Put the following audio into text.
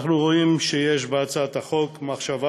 אנחנו רואים שיש בהצעת החוק מחשבה